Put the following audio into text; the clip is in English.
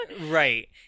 Right